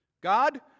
God